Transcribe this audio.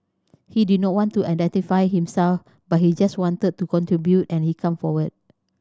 he did not want to identify himself but he just wanted to contribute and he came forward